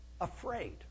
Afraid